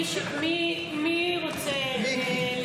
מי רוצה לדבר?